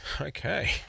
Okay